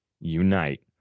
unite